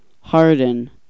harden